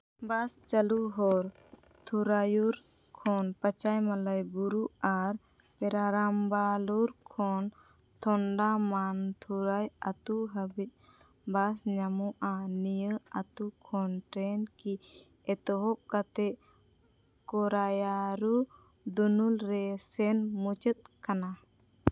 ᱵᱟᱥ ᱪᱟᱹᱞᱩ ᱦᱚᱨ ᱛᱷᱚᱨᱟᱭᱩᱨ ᱠᱷᱚᱱ ᱯᱟᱸᱪᱟᱭ ᱢᱟᱞᱟᱭ ᱵᱩᱨᱩ ᱟᱨ ᱨᱟᱨᱟᱢᱵᱟᱞᱩᱨ ᱠᱷᱚᱱ ᱛᱷᱚᱱᱰᱟᱢᱟᱱᱛᱷᱩᱨᱟᱭ ᱟᱛᱳ ᱦᱟᱹᱵᱤᱡᱽ ᱵᱟᱥ ᱧᱟᱢᱚᱜᱼᱟ ᱱᱤᱭᱟᱹ ᱟᱛᱳ ᱠᱷᱚᱱ ᱴᱨᱮᱹᱱ ᱠᱤ ᱮᱛᱚᱦᱚᱵᱽ ᱠᱟᱛᱮᱫ ᱠᱚᱨᱟᱭᱟᱨᱩ ᱫᱩᱱᱩᱞ ᱨᱮ ᱥᱮᱱ ᱢᱩᱪᱟᱹᱫ ᱠᱟᱱᱟ